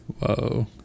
Whoa